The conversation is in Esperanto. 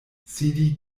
sidi